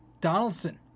Donaldson